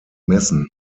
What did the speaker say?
messen